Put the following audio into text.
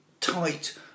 Tight